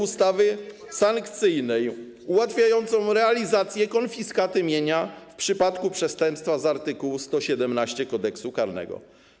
ustawy sankcyjnej ułatwiające realizację konfiskaty mienia w przypadku przestępstwa z art. 117 Kodeksu karnego.